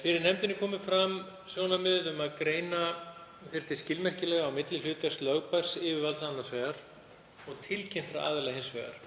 Fyrir nefndinni komu fram sjónarmið um að greina þyrfti skilmerkilega á milli hlutverks lögbærs yfirvalds annars vegar og tilkynntra aðila hins vegar.